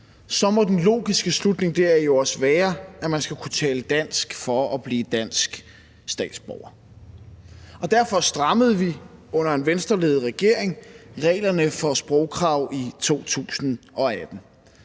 så må den logiske slutning deraf jo også være, at man skal kunne tale dansk for at blive dansk statsborger. Derfor strammede vi i 2018 under en Venstreledet regering reglerne for sprogkrav.